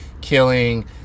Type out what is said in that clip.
killing